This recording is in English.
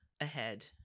ahead